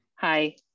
Hi